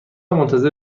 منتظر